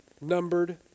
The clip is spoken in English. numbered